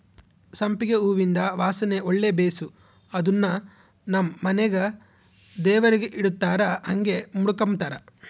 ಸಂಪಿಗೆ ಹೂವಿಂದು ವಾಸನೆ ಒಳ್ಳೆ ಬೇಸು ಅದುನ್ನು ನಮ್ ಮನೆಗ ದೇವರಿಗೆ ಇಡತ್ತಾರ ಹಂಗೆ ಮುಡುಕಂಬತಾರ